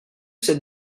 cette